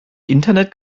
internet